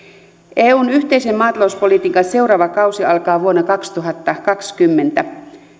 eun yhteisen maatalouspolitiikan seuraava kausi alkaa vuonna kaksituhattakaksikymmentä